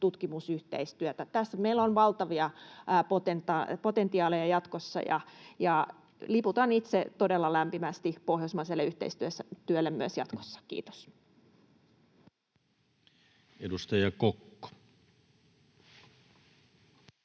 tutkimusyhteistyötä. Tässä meillä on valtavia potentiaaleja jatkossa. Liputan itse todella lämpimästi pohjoismaiselle yhteistyölle myös jatkossa. [Speech 38] Speaker: